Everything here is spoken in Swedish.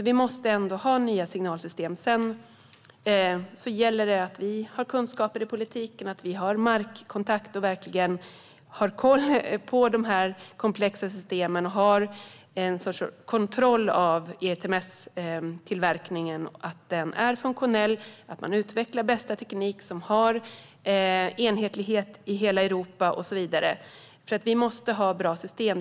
Vi måste ändå ha nya signalsystem, och sedan gäller det att vi i politiken har kunskap och markkontakt och verkligen har koll på de här komplexa systemen och en sorts kontroll av ERTMS-tillverkningen så att den är funktionell och att man utvecklar den bästa tekniken som har enhetlighet i hela Europa och så vidare. Vi måste ha bra system.